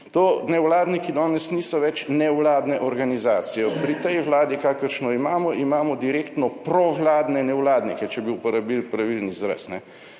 To, nevladniki danes niso več nevladne organizacije. Pri tej Vladi, kakršno imamo, imamo direktno provladne nevladnike, če bi uporabili pravilen izraz,